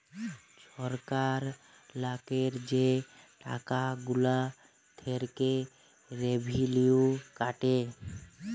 ছরকার লকের যে টাকা গুলা থ্যাইকে রেভিলিউ কাটে